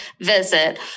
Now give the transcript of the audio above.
visit